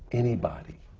anybody,